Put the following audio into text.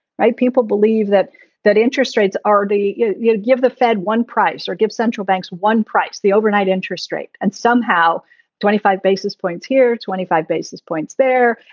right. people believe that that interest rates are they you know give the fed one price or give central banks one price. the overnight interest rate and somehow twenty five basis points here, twenty five basis points there.